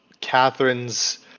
Catherine's